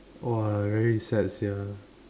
!wah! very sad sia